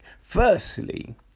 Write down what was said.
Firstly